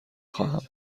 خواهم